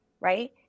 right